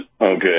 okay